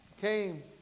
came